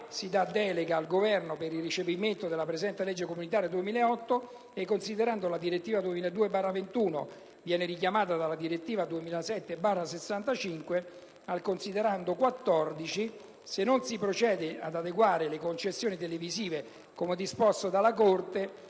si dà delega al Governo per il recepimento con la presente legge comunitaria 2008, e considerato che la direttiva 2002/21/CE viene richiamata dalla direttiva 2007/65/CE al considerando 14, se non si procede ad adeguare le concessioni televisive come disposto dalla Corte,